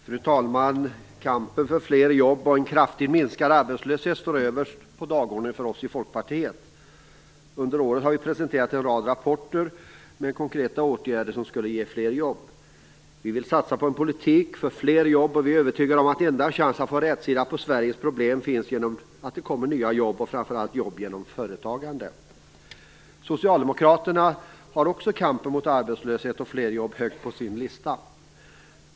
Herr talman! Kampen för fler jobb och en kraftigt minskad arbetslöshet står överst på dagordningen för oss i Folkpartiet. Under året har vi presenterat en rad rapporter med konkreta åtgärder som skulle ge fler jobb. Vi vill satsa på en politik för fler jobb, och vi är övertygade om att enda chansen att få rätsida på Sveriges problem är att det kommer nya jobb och då framför allt jobb genom företagande. Socialdemokraterna har också kampen mot arbetslösheten och för fler jobb högt på sin lista.